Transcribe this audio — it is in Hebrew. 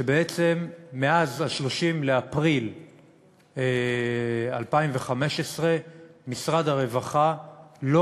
שבעצם מאז 30 באפריל 2015 משרד הרווחה לא